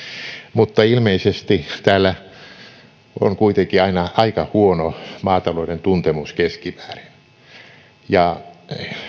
mutta ilmeisesti täällä on kuitenkin aika huono maatalouden tuntemus keskimäärin ja